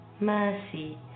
mercy